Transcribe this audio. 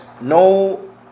No